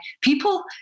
People